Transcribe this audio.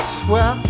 swear